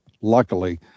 luckily